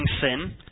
sin